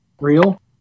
real